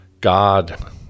God